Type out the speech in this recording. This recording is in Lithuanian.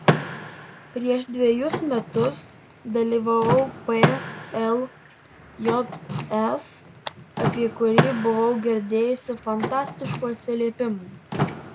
prieš dvejus metus dalyvavau pljs apie kurį buvau girdėjusi fantastiškų atsiliepimų